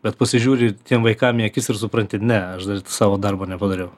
bet pasižiūri tiem vaikam į akis ir supranti ne aš dar savo darbo nepadariau